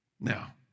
Now